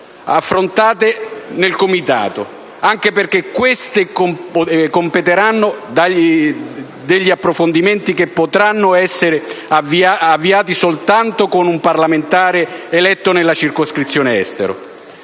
affrontate dal Comitato, anche perché queste richiederanno approfondimenti che potranno essere avviati soltanto con un parlamentare eletto nella circoscrizione Estero.